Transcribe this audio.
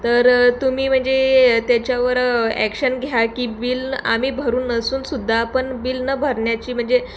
तर तुम्ही म्हणजे त्याच्यावर ॲक्शन घ्या की बिल आम्ही भरून असूनसुद्धा पण बिल न भरण्याची म्हणजे